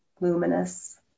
luminous